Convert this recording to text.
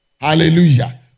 Hallelujah